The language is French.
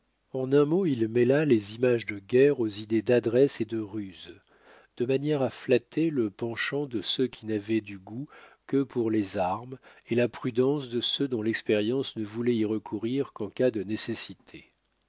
en un mot il mêla les images de guerre aux idées d'adresse et de ruse de manière à flatter le penchant de ceux qui n'avaient du goût que pour les armes et la prudence de ceux dont l'expérience ne voulait y recourir qu'en cas de nécessité